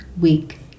week